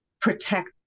protect